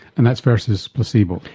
and that's versus placebo.